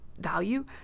value